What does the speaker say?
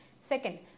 Second